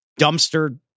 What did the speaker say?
dumpster